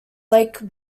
lake